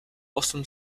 osm